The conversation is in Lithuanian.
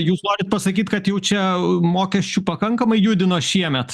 jūs norit pasakyt kad jau čia mokesčių pakankamai judino šiemet